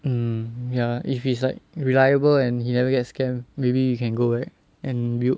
hmm ya if he's like reliable and he never get scammed maybe you can go back and build